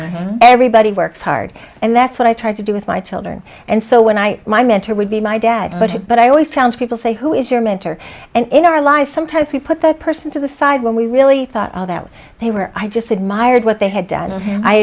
hard everybody works hard and that's what i tried to do with my children and so when i my mentor would be my dad but it but i always tell people say who is your mentor and in our life sometimes we put that person to the side when we really thought that they were i just admired what they had done